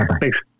Thanks